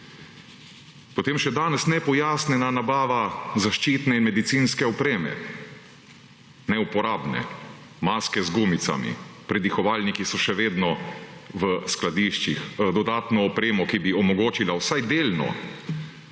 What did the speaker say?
Potem še danes nepojasnjena nabava zaščitne in medicinske opreme, neuporabne, maske z gumicami, predihovalniki so še vedno v skladiščih, dodatno opremo, ki bi omogočila vsaj delno